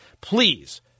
please